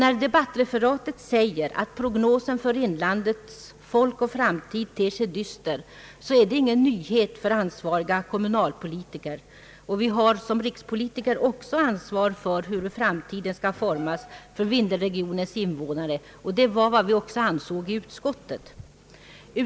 När debattreferatet säger att prognosen för inlandsbefolkningens framtid ter sig dyster, så är det ingen nyhet för ansvariga kommunalpolitiker. Vi har som rikspolitiker också ansvar för hur framtiden skall formas för vindelälvsregionens invånare, och det var vad vi också ansåg i utskottet.